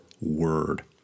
word